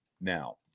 now